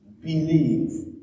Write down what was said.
believe